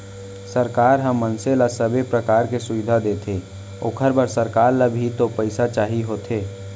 सरकार ह मनसे ल सबे परकार के सुबिधा देथे ओखर बर सरकार ल भी तो पइसा चाही होथे